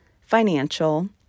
financial